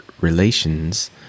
relations